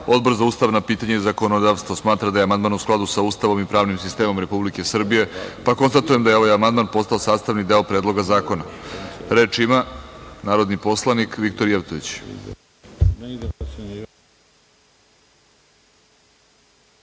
za ustavna pitanja i zakonodavstvo smatra da je amandman u skladu sa Ustavom i pravnim sistemom Republike Srbije, pa konstatujem da je ovaj amandman postao sastavni deo Predloga zakona. Reč ima narodni poslanik Viktor Jevtović.